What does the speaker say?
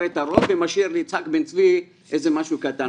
את הרוב ומשאיר ליצחק בן צבי איזה משהו קטן.